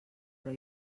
però